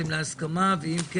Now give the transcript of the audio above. להתקזז.